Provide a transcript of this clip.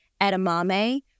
edamame